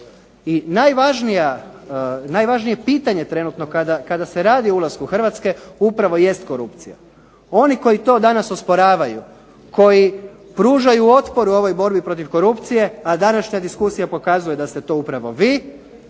I najvažnije pitanje trenutno kada se radi o ulasku Hrvatske, upravo jest korupcija. Oni koji to danas osporavaju, koji pružaju otpor u ovoj borbi protiv korupcije, a današnja diskusija pokazuje da ste to upravo vi,